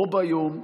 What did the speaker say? בו ביום,